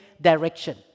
direction